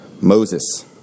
Moses